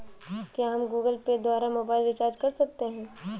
क्या हम Google Pay द्वारा मोबाइल रिचार्ज कर सकते हैं?